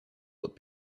that